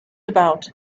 about